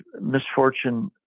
misfortune